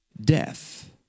death